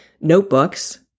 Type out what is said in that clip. notebooks